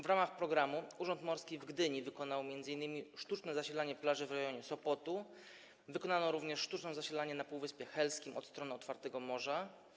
W ramach programu Urząd Morski w Gdyni wykonał m.in. sztuczne zasilanie plaży w rejonie Sopotu, wykonano również sztuczne zasilanie na Półwyspie Helskim od strony otwartego morza.